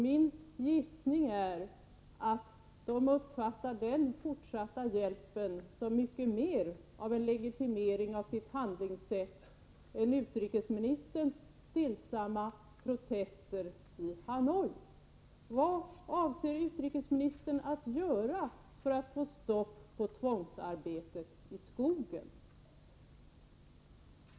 Min gissning är att de uppfattar den fortsatta hjälpen som mycket mer av en legitimering av sitt handlingssätt än utrikesministerns stillsamma protester i Hanoi.